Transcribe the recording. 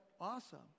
awesome